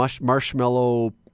marshmallow